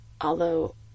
Although